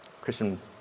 Christian